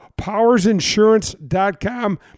powersinsurance.com